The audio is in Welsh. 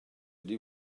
wedi